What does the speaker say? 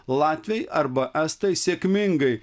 latviai arba estai sėkmingai